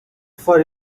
for